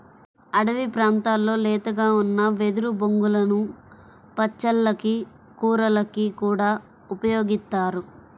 అడివి ప్రాంతాల్లో లేతగా ఉన్న వెదురు బొంగులను పచ్చళ్ళకి, కూరలకి కూడా ఉపయోగిత్తారు